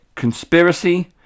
Conspiracy